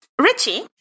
Richie